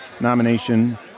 nomination